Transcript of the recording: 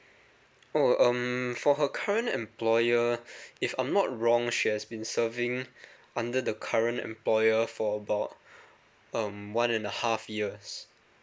oh um for her current employer if I'm not wrong she has been serving under the current employer for about um one and a half years